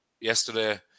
yesterday